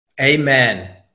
Amen